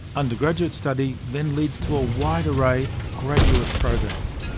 undergraduate study then leads to a wide array of graduate programs.